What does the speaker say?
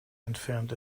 entfernt